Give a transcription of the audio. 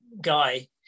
guy